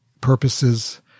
purposes